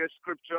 scripture